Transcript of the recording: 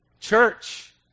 church